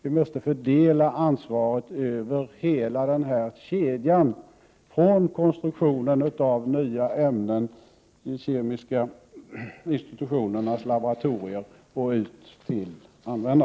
Vi måste fördela ansvaret över hela denna kedja från konstruktionen av nya ämnen i de kemiska institutionernas laboratorium och ut till användarna.